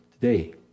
today